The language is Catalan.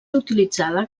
utilitzada